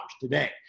today